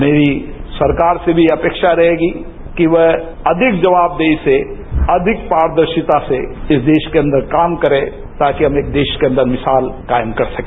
मेरी सरकार से भी अपेक्षा रहेगी कि वह अधिक जवाबदेही से अधिक पारदर्शितासे इस देश के अंदर काम करे ताकि हम देश के अंदर मिसाल कायम कर सके